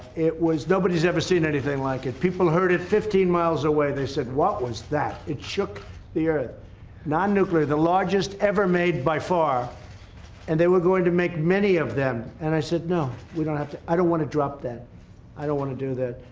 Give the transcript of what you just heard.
it was nobody's ever seen anything like it people heard it fifteen miles away. they said what was that it shook the earth non-nuclear the largest ever made by far and they were going to make many of them and i said no we don't have to i don't want to drop that i don't want to do that